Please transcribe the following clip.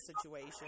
situation